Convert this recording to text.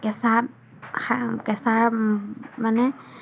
কেঁচা কেঁচাৰ মানে